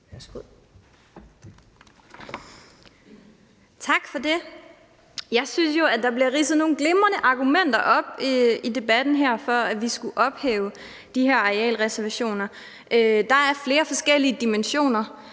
Tak for det. Jeg synes jo, at der bliver ridset nogle glimrende argumenter op i debatten her for, at vi skulle ophæve de her arealreservationer. Der er flere forskellige dimensioner